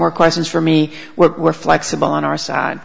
more questions for me well we're flexible on our side